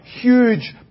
huge